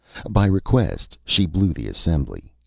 by request she blew the assembly,